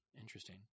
Interesting